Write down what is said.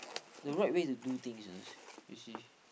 the right way to do things ah you see